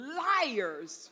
liars